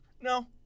No